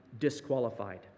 Disqualified